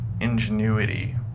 ingenuity